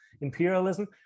imperialism